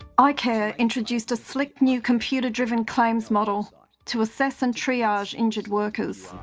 ah icare introduced a slick new computer-driven claims model to assess and triage injured workers.